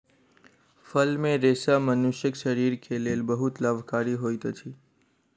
फल मे रेशा मनुष्यक शरीर के लेल बहुत लाभकारी होइत अछि